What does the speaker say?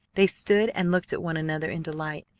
they stood and looked at one another in delight,